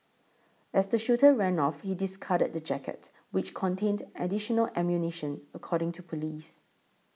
as the shooter ran off he discarded the jacket which contained additional ammunition according to police